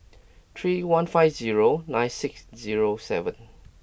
three one five zero nine six zero seven